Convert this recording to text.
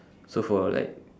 so for like